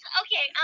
okay